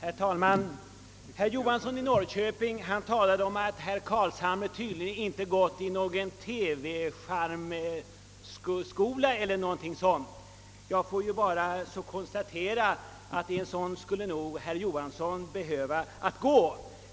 Herr talman! Herr Johansson i Norrköping sade att herr Carlshamre tydligen inte har gått i någon TV:s charmskola och då måste jag konstatera att herr Johansson själv nog skulle behöva gå i en sådan skola.